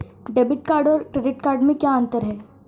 Debit card और credit card में क्या अंतर है?